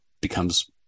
becomes